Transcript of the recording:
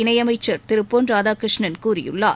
இணையமைச்சர் திரு பொன் ராதாகிருஷ்ணன் கூறியுள்ளார்